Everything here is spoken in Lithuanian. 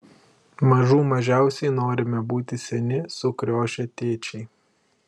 mažų mažiausiai norime būti seni sukriošę tėčiai